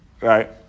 right